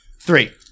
three